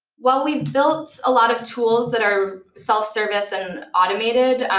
while we've built a lot of tools that are self-service and automated,